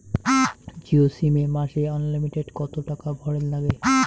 Jio sim এ মাসে unlimited কত টাকা ভরের নাগে?